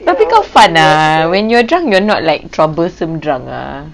tapi kau fun ah when you're drunk you're not troublesome drunk ah